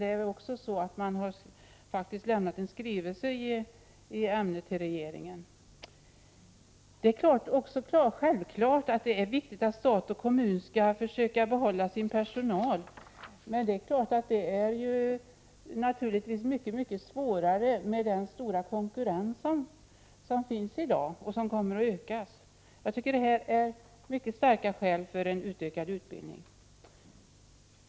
Men man har faktiskt lämnat en skrivelse i ämnet till regeringen. Det är självfallet viktigt att stat och kommun skall försöka behålla sin personal, men det är mycket svårare med den stora konkurrens som finns i dag, som dessutom kommer att öka. Jag tycker att detta är mycket starka skäl för en utökad utbildning.